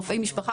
רופאי המשפחה,